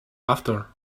after